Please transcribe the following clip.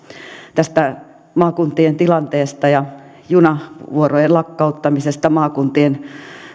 tästä maakuntien tilanteesta ja junavuorojen lakkauttamisesta maakuntien